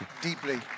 deeply